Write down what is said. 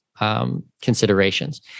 Considerations